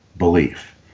belief